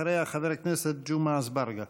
אחריה, חבר הכנסת ג'מעה אזברגה.